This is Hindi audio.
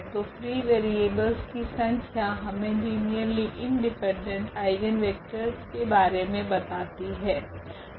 तो फ्री वेरिएबलस की संख्या हमे लीनियरली इंडिपेंडेंट आइगनवेक्टरस के बारे मे बताती है